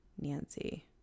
nancy